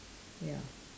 ya